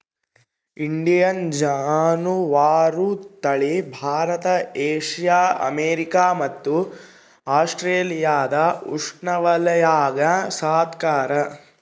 indicine ಜಾನುವಾರು ತಳಿ Bharat Asia America ಮತ್ತು ಆಸ್ಟ್ರೇಲಿಯಾದ ಉಷ್ಣವಲಯಾಗ ಸಾಕ್ತಾರ